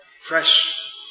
fresh